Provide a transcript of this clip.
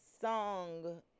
song